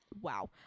Wow